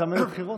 אצלם היו בחירות.